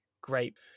great